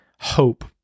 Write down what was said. hope